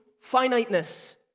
finiteness